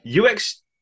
UX